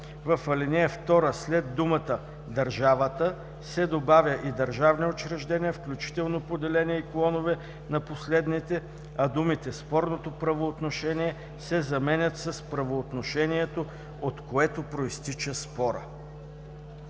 В ал. 2 след думата „държавата“ се добавя „и държавни учреждения, включително поделения и клонове на последните“, а думите „спорното правоотношение“ се заменят с „правоотношението, от което произтича спора“.“